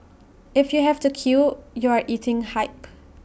if you have to queue you are eating hype